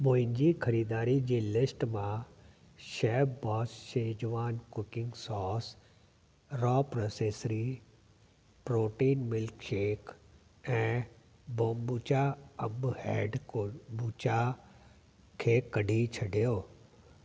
मुंहिंजी खरीदारी जी लिस्ट मां Chef Boss Schezwan cooking sauce Raw Pressery protein milkshake ऐं बोम्बुचा अंब हैड कोम्बुचा खे कढी छॾियो